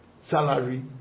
Salary